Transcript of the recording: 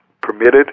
permitted